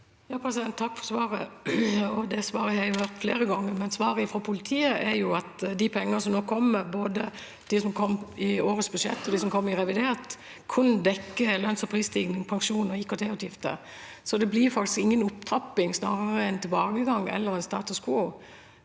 Takk for svaret. Det svaret har jeg hørt flere ganger, men svaret fra politiet er at de pengene som nå kommer, både de som kom i årets budsjett, og de som kommer i revidert, kun dekker lønns- og prisstigning, pensjon og IKT-utgifter. Det blir faktisk ingen opptrapping, snarere en tilbakegang eller status quo.